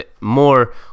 More